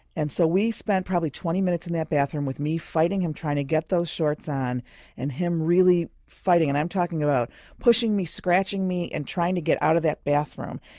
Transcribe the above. and so we spent probably twenty minutes in that bathroom with me fighting him, trying to get those shorts on and him really fighting and i'm talking about him pushing me, scratching me, and trying to get out of that bathroom.